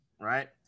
right